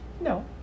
No